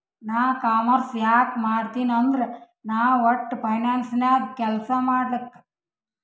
ನಾ ಕಾಮರ್ಸ್ ಯಾಕ್ ಮಾಡಿನೀ ಅಂದುರ್ ನಾ ವಟ್ಟ ಫೈನಾನ್ಸ್ ನಾಗ್ ಕೆಲ್ಸಾ ಮಾಡ್ಲಕ್